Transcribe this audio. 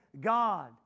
God